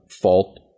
fault